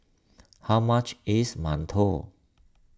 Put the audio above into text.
how much is Mantou